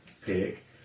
pick